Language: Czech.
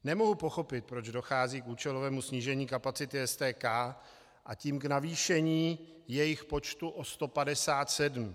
Nemohu pochopit, proč dochází k účelovému snížení kapacity STK, a tím k navýšení jejich počtu o 157.